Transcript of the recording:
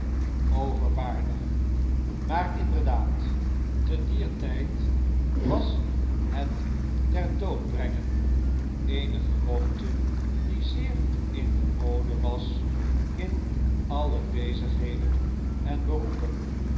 overwaardig maar inderdaad te dier tijd was het terdoodbrengen eene gewoonte die zeer in de mode was in alle bezigheden en beroepen